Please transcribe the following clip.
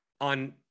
on